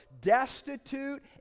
destitute